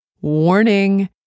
Warning